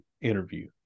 interview